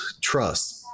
trust